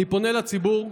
אני פונה לציבור,